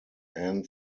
anne